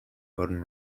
golden